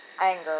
anger